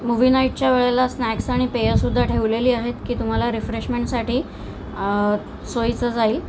movie नाईटच्या वेळेला snacks आणि पेयसुद्धा ठेवलेली आहेत की तुम्हाला रिफ्रेशमेंटसाठी सोयीचं जाईल